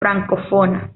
francófona